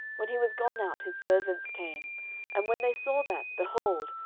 when he was gone out, his servants came and when they saw that, behold,